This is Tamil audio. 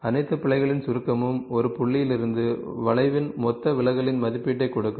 அனைத்து பிழைகளின் சுருக்கமும் ஒரு புள்ளிகளிலிருந்து வளைவின் மொத்த விலகலின் மதிப்பீட்டைக் கொடுக்கும்